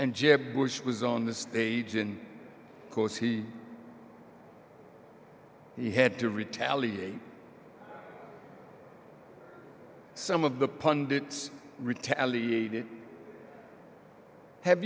and jeb bush was on the stage and because he he had to retaliate some of the pundits retaliated have